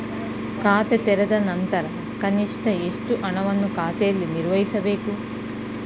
ಖಾತೆ ತೆರೆದ ನಂತರ ಕನಿಷ್ಠ ಎಷ್ಟು ಹಣವನ್ನು ಖಾತೆಯಲ್ಲಿ ನಿರ್ವಹಿಸಬೇಕು?